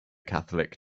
catholic